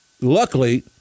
luckily